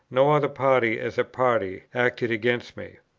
no other party, as a party, acted against me.